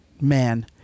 man